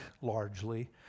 largely